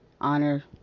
honor